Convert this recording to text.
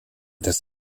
das